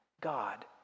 God